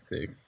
Six